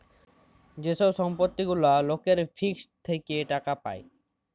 যে ছব সম্পত্তি গুলা লকের ফিক্সড থ্যাকে টাকা পায়